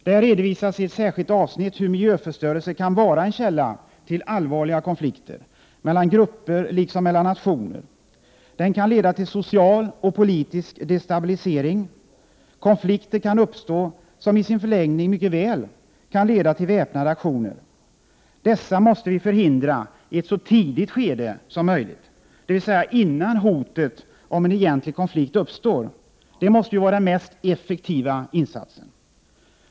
Där redovisas i ett särskilt avsnitt hur miljöförstörelse kan vara en källa till allvarliga konflikter mellan grupper liksom mellan nationer. Den kan leda till social och politisk destabilisering. Konflikter kan uppstå, som i sin förlängning mycket väl kan leda till väpnade aktioner. Dessa måste förhindras i ett så tidigt skede som möjligt, dvs. innan hotet om en egentlig konflikt uppstår. Det måste ju vara den mest effektiva insatsen.